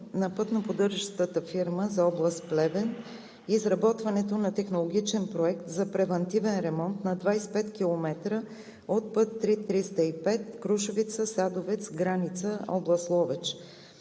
на пътно-поддържащата фирма за област Плевен изработването на технологичен проект за превантивен ремонт на 25 км от път III-305 Крушовица – Садовец – граница, област Ловеч.